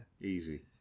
easy